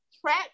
track